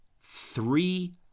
Three